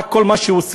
רק כל מה שעושים,